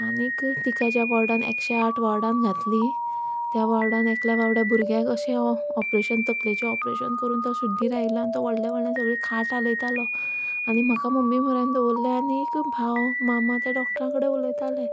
आनीक तिका ज्या वॉर्डांत एकशे आठ वॉर्डांत घातली त्या वॉर्डांत एकले बाबडे भुरग्याक अशें ऑपरेशन तकलेचें ऑपरेशन करून तो शुध्दीर आयला आनी तो व्हडल्या व्हडल्यान सगळी खाट हालयतालो आनी म्हाका मम्मी म्हऱ्यातं दवरलें आनीक भाव मामा ते डॉकटरा कडेन उलयताले